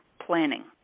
planning